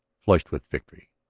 flushed with victory.